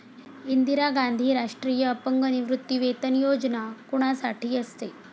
इंदिरा गांधी राष्ट्रीय अपंग निवृत्तीवेतन योजना कोणासाठी असते?